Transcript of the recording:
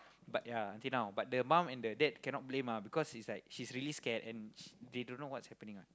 but yeah until now but the mum and dad cannot blame ah because is like she's really scared and then they don't know what happening ah